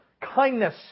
kindness